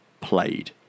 played